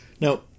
Now